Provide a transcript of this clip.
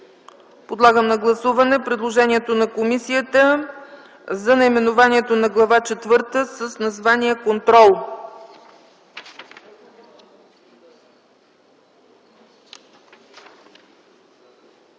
Подлагам на гласуване предложението на комисията за наименованието на Глава четвърта – „Контрол”.